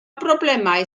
broblemau